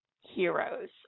heroes